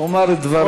תאמר את דבריך.